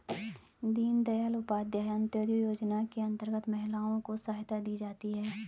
दीनदयाल उपाध्याय अंतोदय योजना के अंतर्गत महिलाओं को सहायता दी जाती है